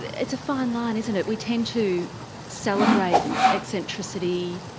it's a fine line isn't it we tend to celebrate eccentricity,